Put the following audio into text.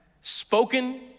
spoken